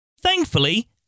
Thankfully